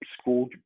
school